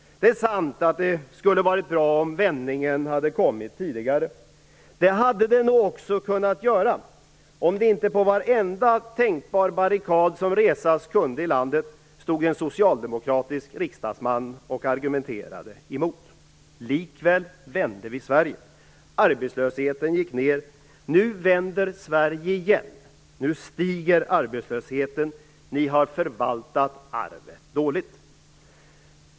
Det är sant att det skulle ha varit bra om vändningen hade kommit tidigare. Det hade den nog också kunnat göra, om det inte på varenda tänkbar barrikad som resas kunde i landet stod en socialdemokratisk riksdagsman och argumenterade emot. Likväl vände vi Sverige. Arbetslösheten gick ned. Nu vänder Sverige igen - nu stiger arbetslösheten. Ni har förvaltat arvet dåligt.